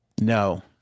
No